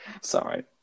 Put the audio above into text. Sorry